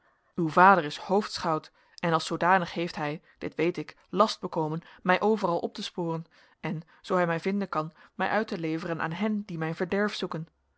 uw vader is hoofdschout en als zoodanig heeft hij dit weet ik last bekomen mij overal op te sporen en zoo hij mij vinden kan mij uit te leveren aan hen die mijn verderf zoeken